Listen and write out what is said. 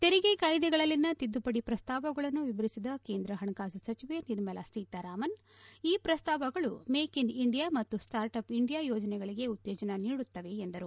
ತೆರಿಗೆ ಕಾಯ್ದೆಗಳಲ್ಲಿನ ತಿದ್ದುಪಡಿ ಪ್ರಸ್ತಾವಗಳನ್ನು ವಿವರಿಸಿದ ಕೇಂದ್ರ ಹಣಕಾಸು ಸಚಿವೆ ನಿರ್ಮಲಾ ಸೀತಾರಾಮನ್ ಈ ಪ್ರಸ್ತಾವಗಳು ಮೇಕ್ ಇನ್ ಇಂಡಿಯಾ ಮತ್ತು ಸ್ಟಾರ್ಟ್ ಅಪ್ ಇಂಡಿಯಾ ಯೋಜನೆಗಳಿಗೆ ಉತ್ತೇಜನ ನೀಡುತ್ತವೆ ಎಂದರು